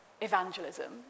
evangelism